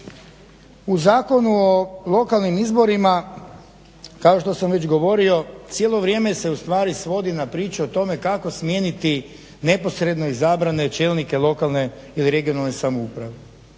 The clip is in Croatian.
U Zakonu o lokalnim izborima kao što sam već govorio cijelo vrijeme se ustvari svodi na priču o tome kako smijeniti neposredno izabrane čelnike lokalne ili regionalne samouprave.